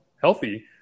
healthy